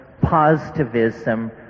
positivism